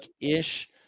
ish